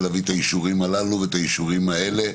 ולהביא את האישורים האלה ואת האישורים האלה.